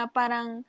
parang